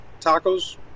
tacos